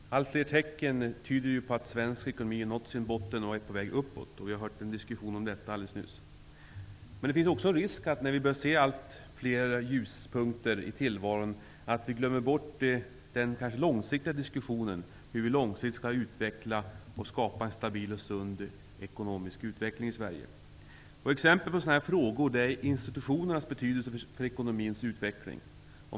Herr talman! Allt fler tecken tyder på att svensk ekonomi nu har nått sin botten och är på väg uppåt. Vi har hört en diskussion om detta alldeles nyss. Det finns dock en risk för att vi, när vi börjar se allt fler ljuspunkter i tillvaron, glömmer bort den långsiktiga diskussionen om hur vi skall kunna skapa en stabil och sund ekonomisk utveckling i Sverige. Ett exempel på sådana frågor är institutionernas betydelse för ekonomins utveckling.